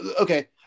Okay